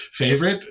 favorite